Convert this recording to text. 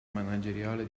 manageriale